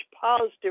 positive